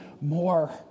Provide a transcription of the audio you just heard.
more